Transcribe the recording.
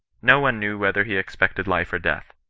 no one knew whether he expected life or death.